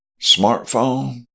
smartphone